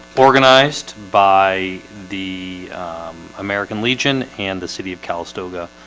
organised by the american legion and the city of calistoga